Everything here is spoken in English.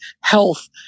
health